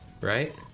Right